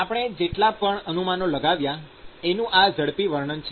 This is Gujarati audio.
આપણે જેટલા પણ અનુમાનો લગાવ્યા એનું આ ઝડપી વર્ણન છે